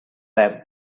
them